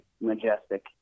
majestic